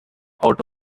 out